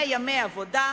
100 ימי העבודה,